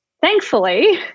thankfully